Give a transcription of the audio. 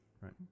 right